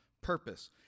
purpose